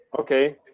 okay